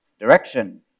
direction